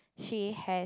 she has